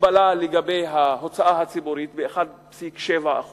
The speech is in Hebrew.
הגבלה לגבי ההוצאה הציבורית ב-1.7%,